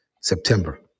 September